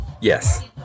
yes